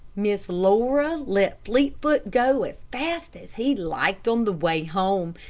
miss laura let fleetfoot go as fast as he liked on the way home,